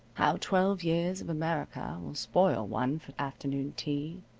how twelve years of america will spoil one for afternoon tea,